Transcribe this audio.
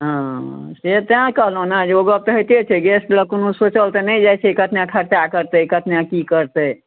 हँ से तेॅं कहलौ ने जे ओ गप तऽ होइते छै गेस्ट लए कोनो सोचल तऽ नहि जाइ छै कतना खर्चा करतै कतने की करतै